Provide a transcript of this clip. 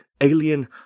alien